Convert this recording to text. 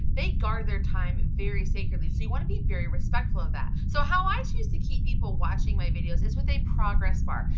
they guard their time very sacredly so you wanna be very respectful of that. so how i choose to keep people watching my videos is with a progress bar.